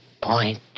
point